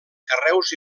carreus